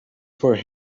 for